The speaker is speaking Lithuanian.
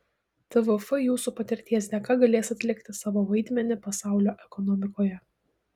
tvf jūsų patirties dėka galės atlikti savo vaidmenį pasaulio ekonomikoje